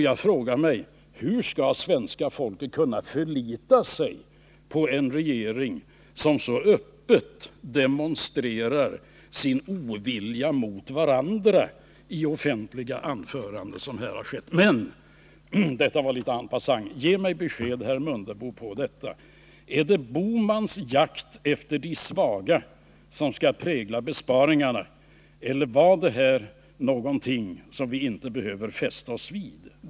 Jag frågar mig: Hur skall svenska folket kunna förlita sig på en regering, vars medlemmar så öppet demonstrerar sin ovilja mot varandra i offentliga anföranden som här har skett? Men detta var sagt litet en passant. Ge mig besked, herr Mundebo: Är det herr Bohmans jakt på de svaga som skall prägla besparingarna, eller är herr Ullstens uttalande någonting som vi inte behöver fästa oss vid?